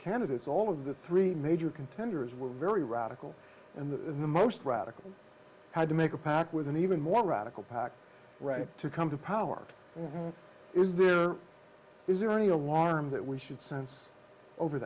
candidates all of the three major contenders were very radical and the most radical had to make a pact with an even more radical packed ready to come to power is there is there any alarm that we should sense over